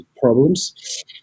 problems